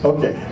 Okay